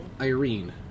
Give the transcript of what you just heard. Irene